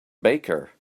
baker